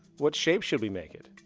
what shape should we make it?